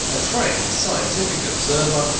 a trained scientific observer,